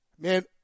Man